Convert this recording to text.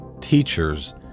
teachers